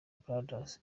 brothers